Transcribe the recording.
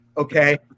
Okay